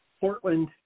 Portland